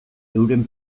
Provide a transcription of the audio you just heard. euren